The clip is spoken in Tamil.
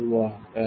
மெதுவாக 1637